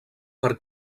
per